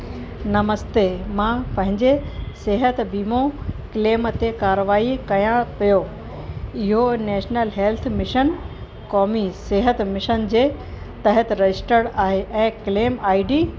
नमस्ते मां पंहिंजे सिहत वीमो क्लेम ते कारवाई कयां पियो इहो नेशनल हेल्थ मिशन क़ौमी सिहत मिशन जे तहत रजिस्टर्ड आहे ऐं क्लेम आईडी